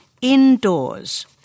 indoors